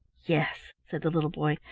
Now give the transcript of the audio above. yes, said the little boy.